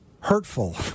hurtful